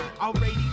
already